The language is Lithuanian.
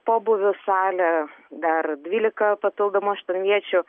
pobūvių salė dar dvylika papildomų aštunviečių